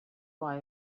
why